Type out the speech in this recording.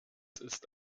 ist